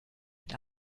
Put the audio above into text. mit